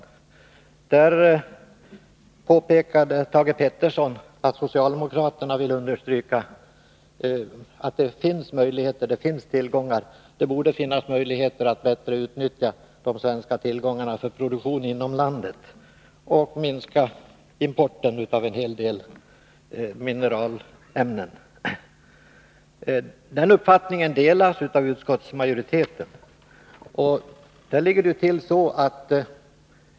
Beträffande denna reservation påpekade Thage Peterson att socialdemokraterna vill understryka att det borde finnas möjligheter att bättre utnyttja de svenska tillgångarna för produktion inom landet och därmed minska importen av en hel del mineralämnen. Den uppfattningen delas av utskottsmajoriteten.